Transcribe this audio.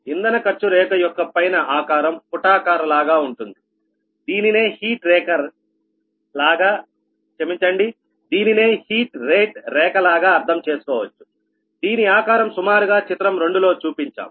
ఇంధన ఖర్చు రేఖ యొక్క పైన ఆకారం పుటాకార లాగా ఉంటుంది దీనినే హీట్ రేట్ రేఖ లాగా అర్థం చేసుకోవచ్చు దీని ఆకారం సుమారుగా చిత్రం 2 లో చూపించాం